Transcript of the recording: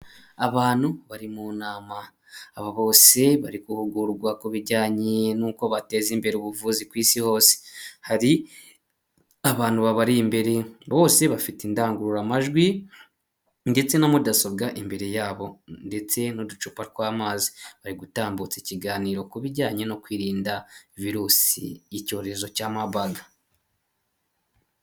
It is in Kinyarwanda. Abantu bari mu nama, aba bose bari guhugurwa ku bijyanye n'uko bateza imbere ubuvuzi ku isi hose. Hari abantu babari imbere, bose bafite indangururamajwi ndetse na mudasobwa imbere yabo ndetse n'uducupa tw'amazi. Bari gutambutsa ikiganiro ku bijyanye no kwirinda virusi y'icyorezo cya mabaga.